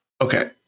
Okay